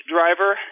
Driver